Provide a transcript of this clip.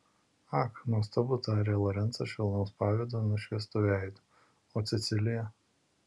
ak nuostabu tarė lorencą švelnaus pavydo nušviestu veidu o cecilija